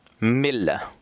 Milla